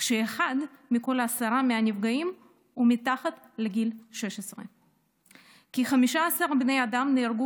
כשאחד מכל עשרה נפגעים הוא מתחת לגיל 16. כ-15 בני אדם נהרגו